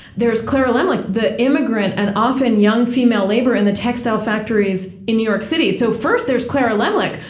there's clara lemlich, the immigrant and often young female labor in the textile factories in new york city. so first, there's clara lemlich,